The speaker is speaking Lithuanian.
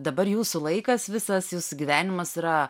dabar jūsų laikas visas jūsų gyvenimas yra